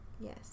Yes